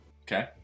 Okay